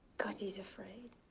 because he is afraid.